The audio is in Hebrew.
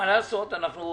מה לעשות, אנחנו